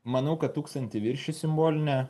manau kad tūkstantį viršys simbolinė